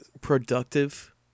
productive